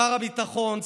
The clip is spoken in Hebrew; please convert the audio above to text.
שר הביטחון,